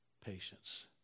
patience